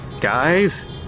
guys